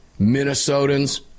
Minnesotans